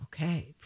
Okay